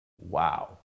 wow